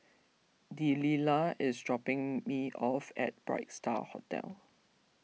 Delila is dropping me off at Bright Star Hotel